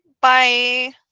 Bye